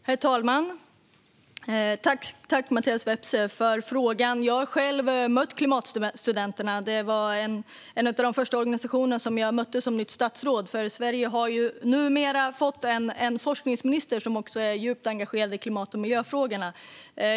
Herr talman! Tack, Mattias Vepsä, för frågan! Jag har själv mött Klimatstudenterna; det var en av de första organisationer jag mötte som nytt statsråd. Sverige har ju fått en forskningsminister som är djupt engagerad i klimat och miljöfrågorna.